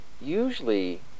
usually